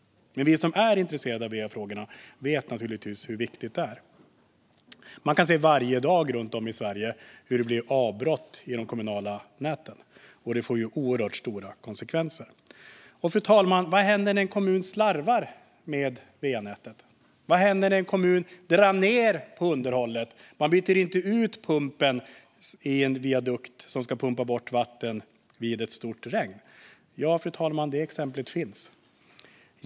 Men vi som är intresserade av va-frågorna vet naturligtvis hur viktiga de är. Man kan varje dag runt om i Sverige se att det blir avbrott i de kommunala näten och att det får oerhört stora konsekvenser. Fru talman! Vad händer när en kommun slarvar med va-nätet? Vad händer när en kommun drar ned på underhållet och inte byter ut en pump som ska pumpa bort vatten i en viadukt vid ett stort regn? Detta exempel finns.